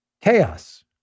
Chaos